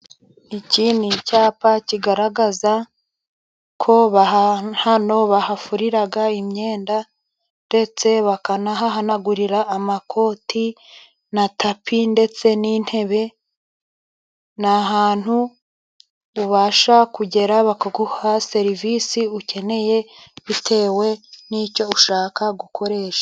Iki ni icyapa kigaragaza ko hano bahafurira imyenda, ndetse bakanahanagurira amakoti na tapi ndetse n'intebe. Ni ahantu ubasha kugera bakaguha serivisi ukeneye, bitewe n'cyo ushaka gukoresha.